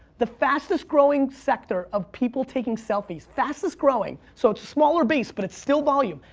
the fastest growing sector of people taking selfies, fastest growing. so it's a smaller base but it's still volume.